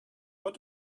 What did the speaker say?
what